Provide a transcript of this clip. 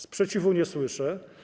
Sprzeciwu nie słyszę.